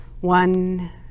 one